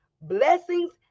blessings